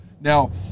Now